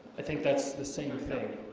i think that's the same thing